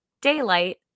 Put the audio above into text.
Daylight